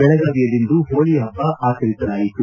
ಬೆಳಗಾವಿಯಲ್ಲಿಂದು ಹೋಳಿ ಹಬ್ಬ ಆಚರಿಸಲಾಯಿತು